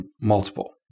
multiple